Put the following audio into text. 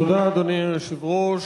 תודה, אדוני היושב-ראש.